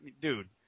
dude